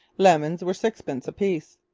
lemons were sixpence apiece.